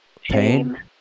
pain